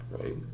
right